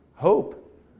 Hope